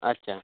আচ্ছা